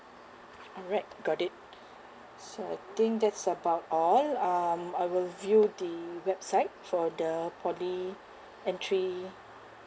alright got it so I think that's about all um I will view the website for the poly entry